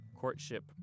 Courtship